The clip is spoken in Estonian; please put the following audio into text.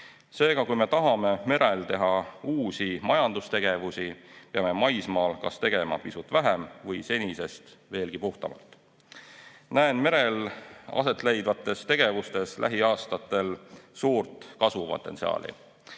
Seega, kui me tahame merel tegelda uute majandustegevustega, peame maismaal kas tegelema nendega pisut vähem või senisest veelgi puhtamalt. Näen merel aset leidvates tegevustes lähiaastatel suurt kasvupotentsiaali.